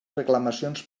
reclamacions